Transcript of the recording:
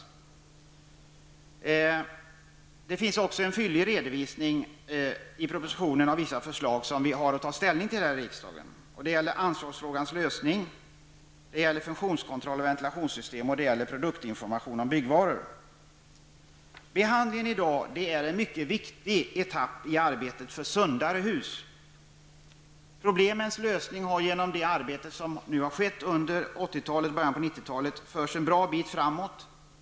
Vidare finns det i propositionen en fyllig redovisning av vissa förslag som riksdagen har att ta ställning till. Det gäller då ansvarsfrågans lösning, funktionskontroll och ventilationssystem samt produktinformation om byggvaror. Behandlingen i dag utgör en mycket viktig etapp i arbetet på att åstadkomma sundare hus. När det gäller problemens lösning har man genom det arbete som har förekommit under 80-talet och i början av 90-talet kommit en bra bit framåt.